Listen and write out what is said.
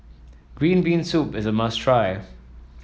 Green Bean Soup is a must try